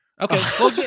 Okay